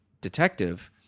detective